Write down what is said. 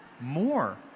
more